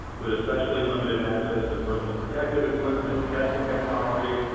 with especially limited access to personal protective equipment, and testing technology,